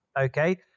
okay